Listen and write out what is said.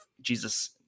Jesus